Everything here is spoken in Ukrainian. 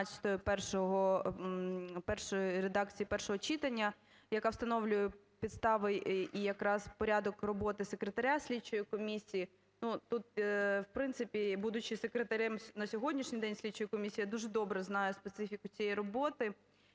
першої редакції, першого читання, яка встановлює підстави і якраз порядок роботи секретаря слідчої комісії. Ну, тут, в принципі, будучи секретарем на сьогоднішній день слідчої комісії, я дуже добре знаю специфіку цієї роботи.